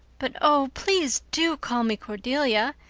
but, oh, please do call me cordelia.